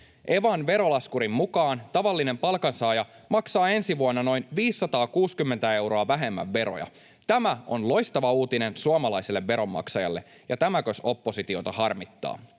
Evan verolaskurin mukaan tavallinen palkansaaja maksaa ensi vuonna noin 560 euroa vähemmän veroja. Tämä on loistava uutinen suomalaiselle veronmaksajalle, ja tämäkös oppositiota harmittaa.